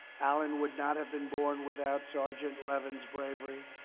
alan would not have been born without sergeant levin's bravery.